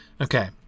Okay